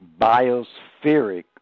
biospheric